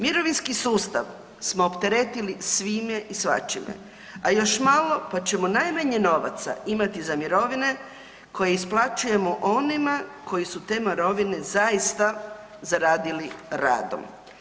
Mirovinski sustav smo opteretili svime i svačime, a još malo pa ćemo najmanje novaca imati za mirovine koje isplaćujemo onima koji su te mirovine zaista zaradili radom.